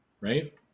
right